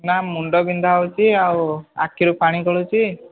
ନା ମୁଣ୍ଡ ବିନ୍ଧା ହେଉଛି ଆଉ ଆଖିରୁ ପାଣି ଗଳୁଛି